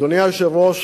אדוני היושב-ראש,